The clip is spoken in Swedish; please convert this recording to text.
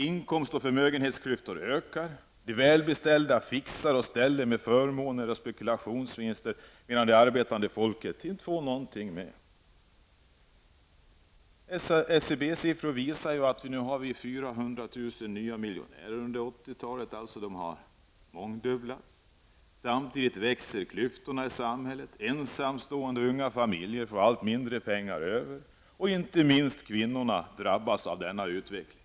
Inkomst och förmögenhetsklyftor ökar. De välbeställda fixar och ställer med förmåner och spekulationsvinster, medan det arbetande folket inte får någonting med. SCB-siffror visar att vi nu har fått 400 000 nya miljonärer under 80-talet, alltså en mångdubbling av antalet. Samtidigt växer klyftorna i samhället: ensamförsörjande unga familjer får allt mindre pengar över och inte minst kvinnorna drabbas av denna utveckling.